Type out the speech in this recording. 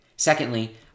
Secondly